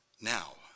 now